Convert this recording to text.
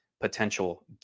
potential